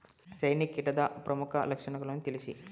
ಸೈನಿಕ ಕೀಟದ ಪ್ರಮುಖ ಲಕ್ಷಣಗಳನ್ನು ತಿಳಿಸಿ?